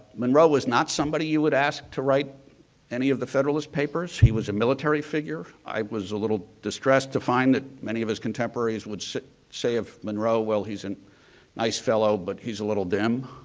monroe was not somebody you would ask to write any of the federalist papers. he was a military figure. i was a little distressed to find that many of his contemporaries would say of monroe, well, he's a nice fellow but he's a little dim.